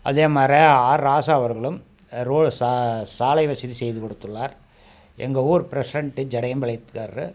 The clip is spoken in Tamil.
அதேமாரி ஆர் ராசா அவர்களும் ரோடு சா சாலை வசதி செய்து கொடுத்துள்ளார் எங்கள் ஊர் ப்ரெசிடென்ட்டு ஜடயம்பாளையத்துக்காரரு